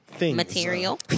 Material